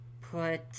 put